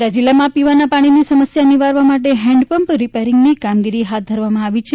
ખેડા જિલ્લામાં પીવાના પાણીની સમસ્યા નિવારવા માટે હેન્ડપપંપ રીપેરીંગની કામગીરી હાથ ધરવામાં આવી છે